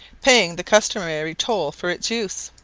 paying the customary toll for its use.